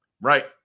Right